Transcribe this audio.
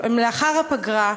לאחר הפגרה,